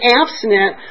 abstinent